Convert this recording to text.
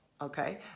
Okay